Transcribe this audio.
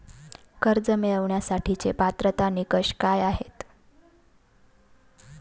कर्ज मिळवण्यासाठीचे पात्रता निकष काय आहेत?